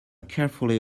carefully